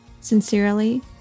Sincerely